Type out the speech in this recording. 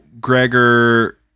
Gregor